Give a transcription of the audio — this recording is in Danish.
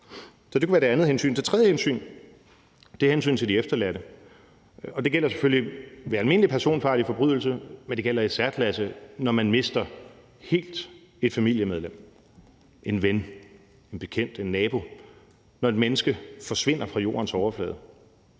det kunne være det andet hensyn. Det tredje hensyn er hensynet til de efterladte, og det gælder selvfølgelig ved almindelig personfarlig forbrydelse, men det gælder i særklasse, når man helt mister et familiemedlem, en ven, en bekendt eller en nabo – når et menneske forsvinder fra jordens overflade.